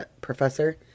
professor